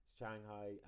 Shanghai